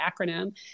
acronym